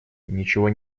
ничего